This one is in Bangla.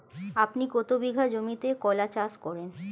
আপনি কত বিঘা জমিতে কলা চাষ করেন?